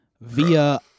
via